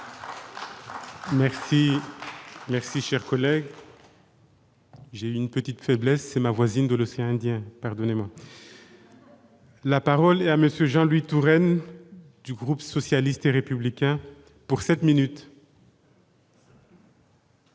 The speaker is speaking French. Merci, cher collègue. J'ai une petite faiblesse c'est ma voisine de l'océan Indien, pardonnez-moi. La parole est à monsieur Jean-Louis Touraine du groupe socialiste et républicain pour 7 minutes.